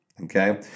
okay